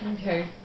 Okay